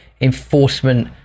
enforcement